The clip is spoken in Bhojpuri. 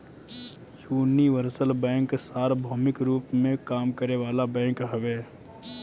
यूनिवर्सल बैंक सार्वभौमिक रूप में काम करे वाला बैंक हवे